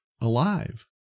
alive